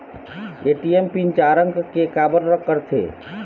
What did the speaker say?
ATM pin चार अंक के का बर करथे?